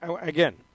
again